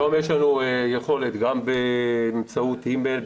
היום יש לנו יכולת גם באמצעות אימייל,